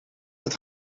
het